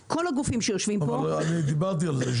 אני דיברתי על זה,